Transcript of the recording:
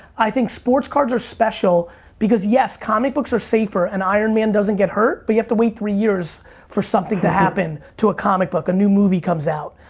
i think sports cards are special because, yes, comic books are safer and ironman doesn't get hurt but you have to wait three years for something to happen to a comic book. a new movie comes out.